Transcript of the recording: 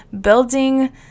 building